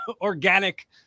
organic